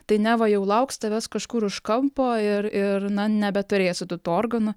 tai neva jau lauks tavęs kažkur už kampo ir ir na nebeturėsi tu tų organų